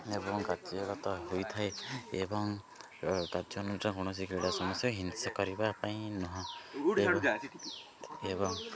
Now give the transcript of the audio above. ଏବଂ କାର୍ଯ୍ୟଗତ ହୋଇଥାଏ ଏବଂ କାର୍ଯ୍ୟ ନୃଜ କୌଣସି କ୍ରୀଡ଼ା ସମସ୍ୟା ହିଂସା କରିବା ପାଇଁ ନୁହଁ ଏବଂ